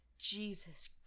Jesus